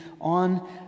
on